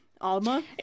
Alma